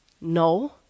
No